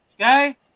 Okay